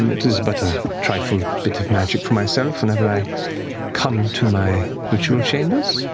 um it is but a trifle bit of magic for myself whenever i come to my ritual chambers.